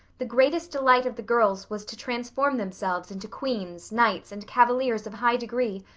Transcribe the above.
the greatest delight of the girls was to transform themselves into queens, knights, and cavaliers of high degree,